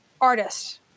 artists